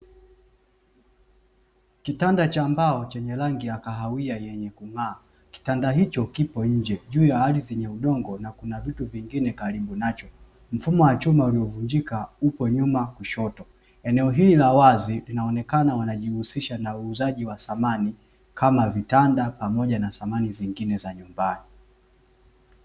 Kitanda cha mbao chenye rangi ya kahawia yenye kung'aa, kitanda hicho kipo nje juu ya ardhi yenye udongo na kuna vitu vingine karibu nacho, mfumo wa chuma uliovunjika upo nyuma kushoto eneo hili la wazi linaonekana wanajihusisha na uuzaji wa samani kama vitanda pamoja na samani zingine za nyumbani.